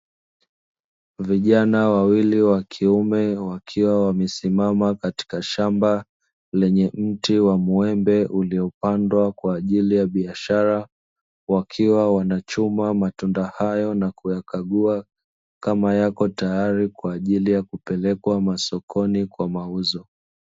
Vijana wawili wakiume wakiwa wamesimama katika shamba, lenye mti wa muembe uliopandwa kwa ajili ya biashara, wakiwa wanachuma matunda hayo na kuyakagua, kama yako tayari kwa ajili yakupelekwa masokoni kwa ajili ya mauzo .